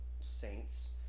Saints